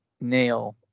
nail